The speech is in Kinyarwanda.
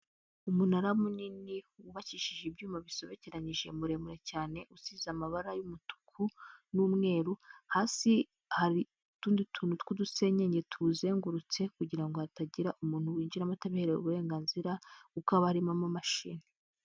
Umunara munini wubakishije ibyuma bisobekeranyije muremure cyane usize amabara y'umutuku n'umweru hasi hari utundi tuntu tw'udusenyenge tuwuzengurutse kugira ngo hatagira umuntu winjiramo atabiherewe uburenganzira kuko haba harimo amamashini.